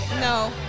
No